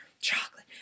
chocolate